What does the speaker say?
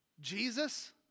Jesus